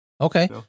Okay